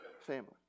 family